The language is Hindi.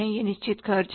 वह निश्चित खर्च है